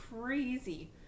crazy